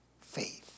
faith